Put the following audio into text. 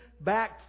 back